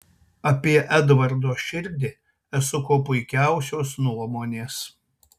apie edvardo širdį esu kuo puikiausios nuomonės